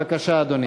בבקשה, אדוני.